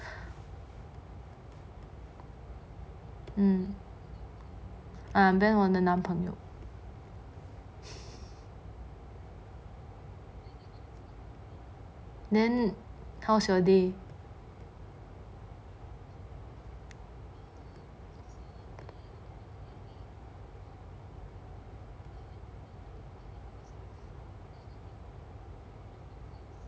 对我的男朋友